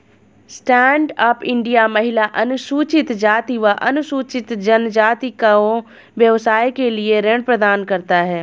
stand up India महिला, अनुसूचित जाति व अनुसूचित जनजाति को व्यवसाय के लिए ऋण प्रदान करता है